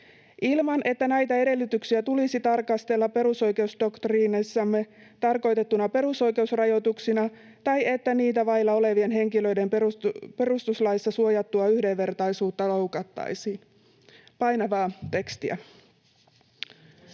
ilman että näitä edellytyksiä tulisi tarkastella perusoikeusdoktriinissamme tarkoitettuina perusoikeusrajoituksina tai että niitä vailla olevien henkilöiden perustuslaissa suojattua yhdenvertaisuutta loukattaisiin.” Painavaa tekstiä.